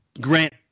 Grant